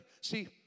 see